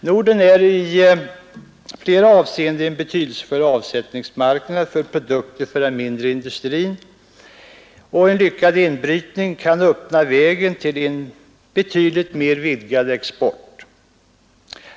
Norden är i flera avseenden en betydelsefull avsättningsmarknad för produkter från den mindre industrin, och en lyckad inbrytning kan öppna vägen till en betydligt vidgad export.